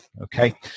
okay